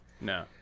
no